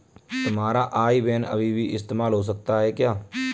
तुम्हारा आई बैन अभी भी इस्तेमाल हो सकता है क्या?